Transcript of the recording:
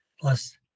plus